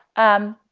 um,